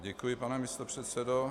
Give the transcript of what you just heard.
Děkuji, pane místopředsedo.